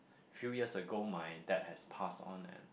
few years ago my dad has passed on and